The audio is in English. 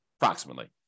approximately